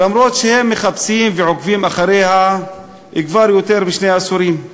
אף שהם מחפשים ועוקבים אחריה כבר יותר משני עשורים?